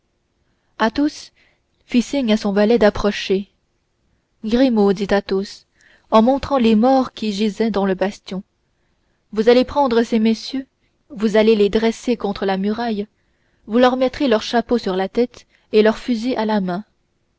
indispensables athos fit signe à son valet d'approcher grimaud dit athos en montrant les morts qui gisaient dans le bastion vous allez prendre ces messieurs vous allez les dresser contre la muraille vous leur mettrez leur chapeau sur la tête et leur fusil à la main